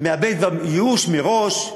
מאבד כבר, ייאוש מראש,